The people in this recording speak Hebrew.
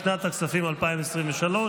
לשנת הכספים 2023,